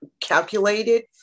calculated